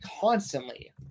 constantly